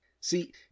See